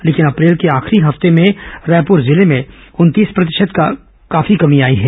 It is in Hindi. लेकिन अप्रैल के आखरी हफ्तें में रायपूर जिले में उनतीस प्रतिशत की काफी कमी आई है